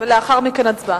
ולאחר מכן, הצבעה.